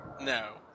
no